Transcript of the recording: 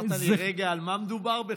אמרת לי: רגע, על מה מדובר בכלל?